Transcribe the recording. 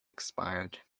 expired